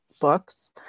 books